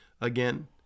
again